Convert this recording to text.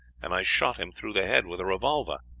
and i shot him through the head with a revolver.